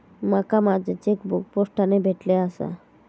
माका माझो चेकबुक पोस्टाने भेटले आसा